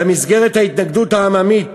במסגרת ההתנגדות העממית